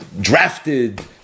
drafted